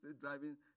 driving